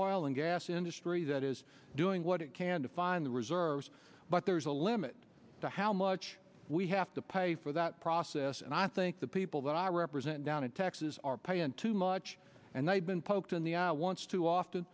oil and gas industry that is doing what it can to find the reserves but there's a limit to how much we have to pay for that process and i think the people that i represent down in texas are paying too much and they've been poked in the eye once too often